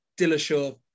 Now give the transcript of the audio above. Dillashaw